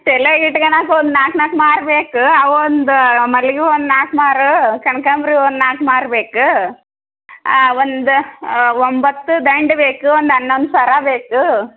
ತಲೆಗಿಟ್ಕೊಳೋಕ್ ಒಂದು ನಾಲ್ಕು ನಾಲ್ಕು ಮಾರು ಬೇಕು ಅವೊಂದು ಮಲ್ಲಿಗೆ ಹೂವೊಂದು ನಾಲ್ಕು ಮಾರು ಕನಕಾಂಬ್ರಿ ಒಂದು ನಾಲ್ಕು ಮಾರು ಬೇಕು ಒಂದು ಒಂಬತ್ತು ದಂಡೆ ಬೇಕು ಒಂದು ಹನ್ನೊಂದು ಸರ ಬೇಕು